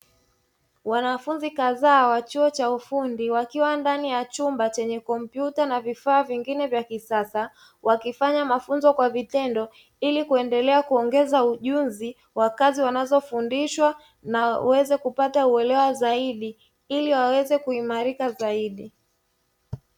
Wanafunzi kadhaa wa chuo cha ufundi wakiwa ndani ya chumba chenye kompyuta na vifaa vingine vya kisasa, wakifanya mafunzo kwa vitendo ili kuendelea kuongeza ujuzi wa kazi wanazofundishwa na waweze kupata uelewa zaidi, ili waweze kuimarika zaidi.